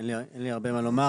אין לי הרבה מה לומר.